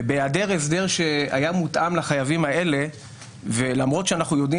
בהיעדר הסדר שהיה מותאם לחייבים האלה ולמרות שאנחנו יודעים